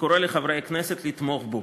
וקורא לחברי הכנסת לתמוך בו.